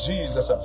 Jesus